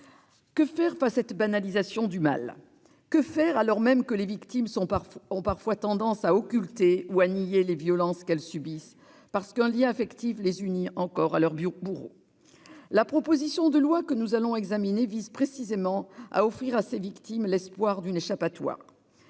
Que faire face à cette banalisation du mal ? Que faire, alors même que les victimes ont parfois tendance à occulter ou à nier les violences qu'elles subissent, parce qu'un lien affectif les unit encore à leur bourreau ? La proposition de loi que nous allons examiner vise précisément à offrir à ces victimes l'espoir d'une échappatoire.